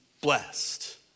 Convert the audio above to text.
blessed